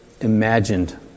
imagined